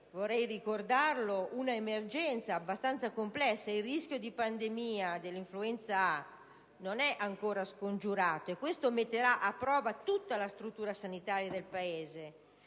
vorrei ricordarlo - una emergenza abbastanza complessa. Il rischio di pandemia dell'influenza A non è ancora scongiurato e questo metterà a prova tutta la struttura sanitaria del Paese,